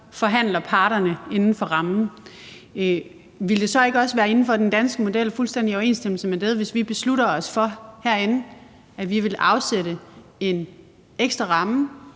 forhandler parterne inden for rammen. Ville det så ikke også være inden for den danske model og i fuldstændig overensstemmelse med den, hvis vi herinde beslutter os for, at vi vil afsætte en ekstra ramme,